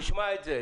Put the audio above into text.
נשמע את זה.